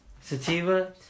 Sativa